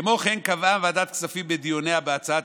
כמו כן קבעה ועדת הכספים בדיוניה בהצעת